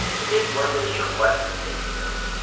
the kids weren't really sure what to make of this.